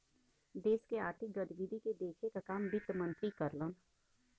देश के आर्थिक गतिविधि के देखे क काम वित्त मंत्री करलन